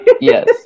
Yes